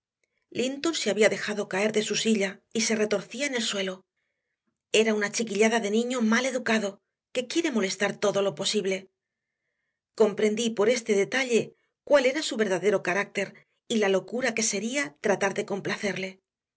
linton se había dejado caer de su silla y se retorcía en el suelo era una chiquillada de niño mal educado que quiere molestar todo lo posible comprendí por este detalle cuál era su verdadero carácter y la locura que sería tratar de complacerle